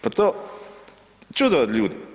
Pa to čudo od ljudi.